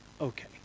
Okay